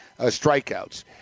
strikeouts